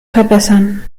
verbessern